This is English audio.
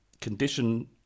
condition